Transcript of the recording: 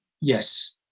yes